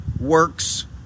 works